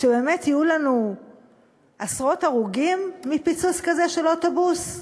שבאמת יהיו לנו עשרות הרוגים מפיצוץ כזה של אוטובוס?